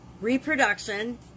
reproduction